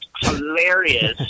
hilarious